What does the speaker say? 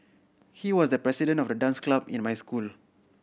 he was the president of the dance club in my school